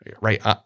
Right